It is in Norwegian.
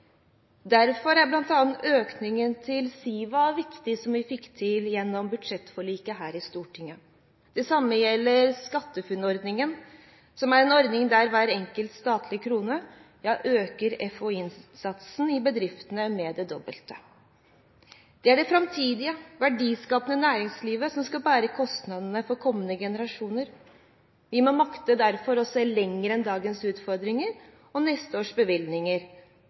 gjennom budsjettforliket her i Stortinget, viktig. Det samme gjelder SkatteFUNN-ordningen, som er en ordning der hver enkelt statlig krone øker FoU-innsatsen i bedriftene med det dobbelte. Det er det framtidige, verdiskapende næringslivet som skal bære kostnadene for kommende generasjoner. Vi må derfor makte å se lenger enn dagens utfordringer og neste års bevilgninger